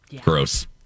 gross